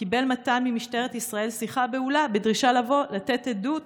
קיבל מתן ממשטרת ישראל שיחה בהולה בדרישה לבוא ולתת עדות